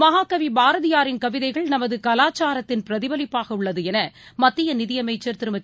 மகாகவிபாரதியாரின் கவிதைகள் நமதுகலாச்சாரத்தின் பிரதிபலிப்பாகஉள்ளதுஎனமத்தியநிதியமைச்சர் திருமதி